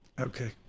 Okay